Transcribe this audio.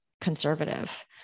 conservative